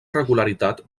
regularitat